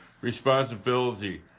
responsibility